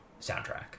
soundtrack